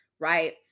right